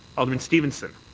alderman stevenson.